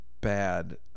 bad